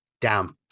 down